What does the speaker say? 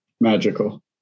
magical